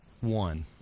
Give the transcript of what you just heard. One